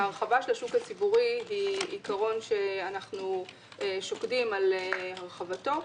ההרחבה של השוק הציבורי היא עיקרון שאנחנו שוקדים על הרחבתו.